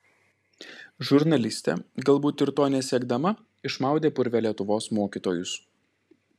žurnalistė galbūt ir to nesiekdama išmaudė purve lietuvos mokytojus